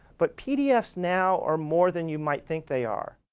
but pdfs now are more than you might think they are.